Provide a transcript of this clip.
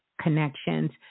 connections